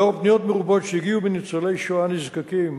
לנוכח פניות מרובות שהגיעו מניצולי שואה נזקקים,